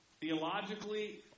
theologically